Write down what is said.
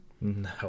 no